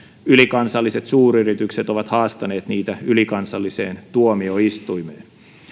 ylikansalliset suuryritykset ovat haastaneet niitä ylikansalliseen tuomioistuimeen